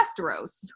Westeros